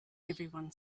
everyone